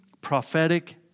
prophetic